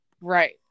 Right